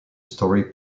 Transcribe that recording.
story